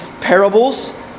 parables